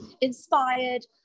inspired